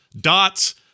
dots